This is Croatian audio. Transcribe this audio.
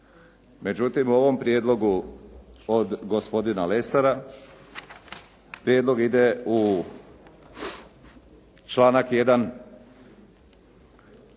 Međutim, u ovom prijedlogu od gospodina Lesara prijedlog ide u članak 1.,